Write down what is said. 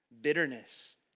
bitterness